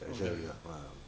okay okay